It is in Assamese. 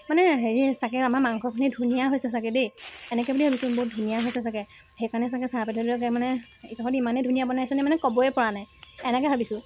মানে হেৰি ছাগৈ আমাৰ মাংসখিনি ধুনীয়া হৈছে ছাগৈ দেই এনেকৈ বুলি ভাবিছোঁ বহুত ধুনীয়া হৈছে ছাগৈ সেইকাৰণে ছাগৈ ছাৰ বাইদেউহঁতে ছাগে তহঁতে ইমানে ধুনীয়া বনাইছনে মানে ক'বই পৰা নাই এনেকৈ ভাবিছোঁ